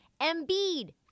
Embiid